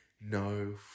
No